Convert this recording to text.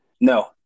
No